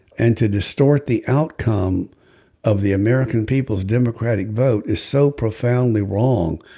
and to distort the outcome of the american people's democratic vote is so profoundly wrong.